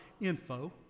info